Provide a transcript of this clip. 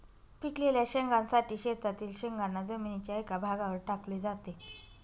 पिकलेल्या शेंगांसाठी शेतातील शेंगांना जमिनीच्या एका भागावर टाकले जाते